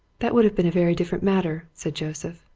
that would have been a very different matter, said joseph.